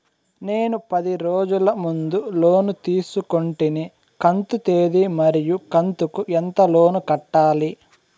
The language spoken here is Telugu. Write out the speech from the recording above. నేను పది రోజుల ముందు లోను తీసుకొంటిని కంతు తేది మరియు కంతు కు ఎంత లోను కట్టాలి?